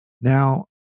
Now